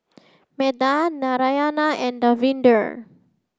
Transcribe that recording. Medha Narayana and Davinder